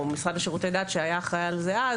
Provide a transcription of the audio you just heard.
או המשרד לשירותי דת שהיה אחראי על זה אז,